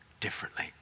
differently